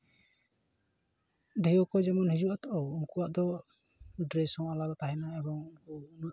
ᱰᱷᱮᱣ ᱠᱚ ᱡᱮᱢᱚᱱ ᱦᱤᱡᱩᱜᱼᱟ ᱛᱚ ᱩᱱᱠᱩᱣᱟᱜ ᱫᱚ ᱰᱨᱮᱹᱥ ᱦᱚᱸ ᱟᱞᱟᱫᱟ ᱛᱟᱦᱮᱱᱟ ᱮᱵᱚᱝ ᱩᱱᱠᱩ ᱩᱱᱟᱹᱜ ᱫᱚ